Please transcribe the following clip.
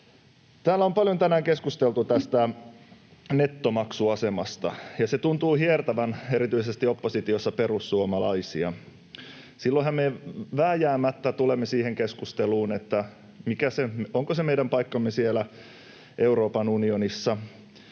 Täällä on paljon tänään keskusteltu tästä nettomaksuasemasta, ja se tuntuu hiertävän erityisesti oppositiossa perussuomalaisia. Silloinhan me vääjäämättä tulemme siihen keskusteluun, onko se meidän paikkamme siellä Euroopan unionissa,